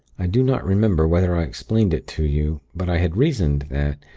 i do not remember whether i explained it to you. but i had reasoned that,